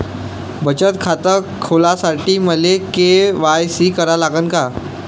बचत खात खोलासाठी मले के.वाय.सी करा लागन का?